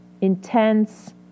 intense